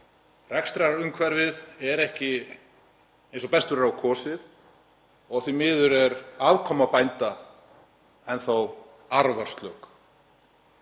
Rekstrarumhverfið er ekki eins og best verður á kosið og því miður er afkoma bænda enn þá arfaslök.